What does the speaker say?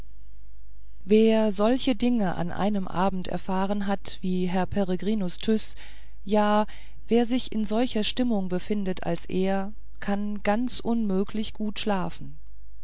wer solche dinge an einem abende erfahren hat wie herr peregrinus tyß ja wer sich in solcher stimmung befindet als er kann ganz unmöglich gut schlafen